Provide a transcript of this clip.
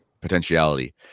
potentiality